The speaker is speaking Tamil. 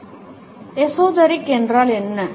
ஐப் பார்க்கவும் எஸோதெரிக் என்றால் என்ன